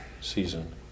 season